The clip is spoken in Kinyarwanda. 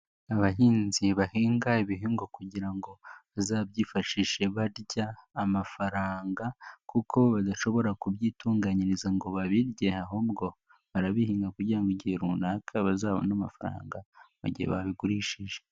Abahinzi bahinga ibihingwa kugira ngo bazabyifashishe barya amafaranga kuko badashobora kubyitunganyiriza ngo babirye, ahubwo barabihinga kugira ngo igihe runaka bazabone amafaranga mu gihe babigurishije.